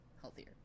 healthier